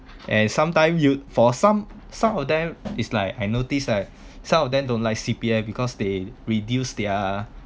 and sometime you for some some of them is like I notice right some of them don't like C_P_F because they reduce their